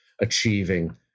achieving